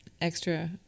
extra